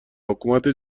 حکومت